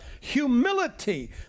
humility